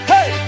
Hey